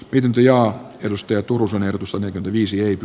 pitempi ja edustaja turusen erotus on visioitu